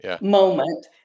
moment